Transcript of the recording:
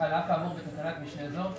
"על אף האמור בתקנת משנה זו,